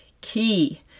key